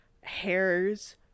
hairs